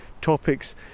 topics